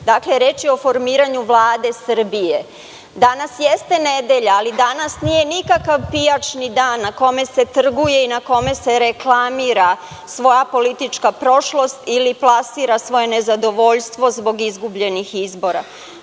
Dakle, reč je o formiranju Vlade Srbije. Danas jeste nedelja, ali danas nije nikakav pijačni dan na kome se trguje i na kome se reklamira svoja politička prošlost ili plasira svoje nezadovoljstvo zbog izgubljenih izbora. Molila